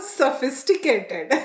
sophisticated